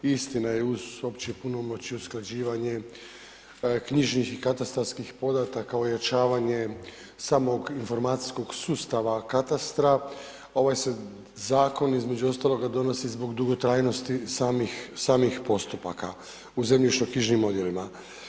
Istina je, uz opće punomoći, usklađivanje knjižnih i katastarskih podataka, ojačavanje samog informacijskog sustava katastra, ovaj se zakon, između ostaloga donosi zbog dugotrajnosti samih postupaka u zemljišnoknjižnim odjelima.